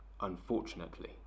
unfortunately